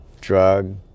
drug